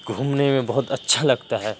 گھومنے میں بہت اچھا لگتا ہے